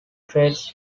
trails